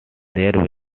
there